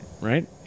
right